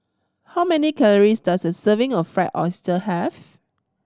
how many calories does a serving of Fried Oyster have